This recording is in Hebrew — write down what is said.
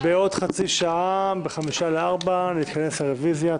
בעוד חצי שעה, ב-15:55 נתכנס להצביע על הרביזיה.